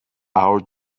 our